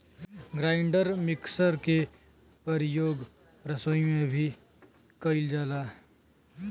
grinder mixer के परियोग रसोई में भी कइल जाला